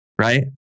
Right